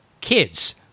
kids